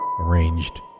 arranged